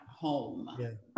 home